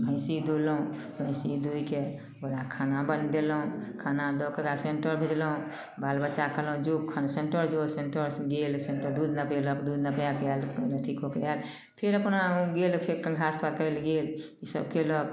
भैंसी दुहलहुँ भैंसी दुहिके ओकरा खाना बनबेलहुँ खाना दऽ कऽ ओकरा सेन्टर भेजलहुँ बालबच्चाके कहलहुँ जो सेन्टर जो सेन्टर गेल फेन से दूध नपेलक दूध नपाए कऽ आएल अथी कऽ के आएल फेर अपन गेल फेर अपन घास पात करए लए गेल ई सब कयलक